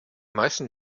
meisten